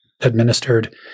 administered